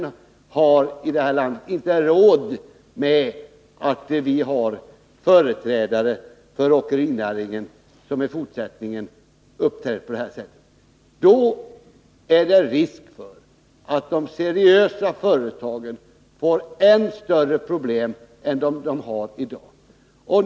Varken landet eller branschen har råd med företrädare för åkerinäringen som i fortsättningen uppträder på detta sätt. Då är det risk för att de seriösa företagen får ännu större problem än de i dag har.